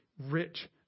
rich